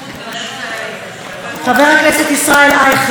חבר הכנסת ישראל אייכלר,